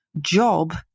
job